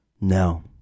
No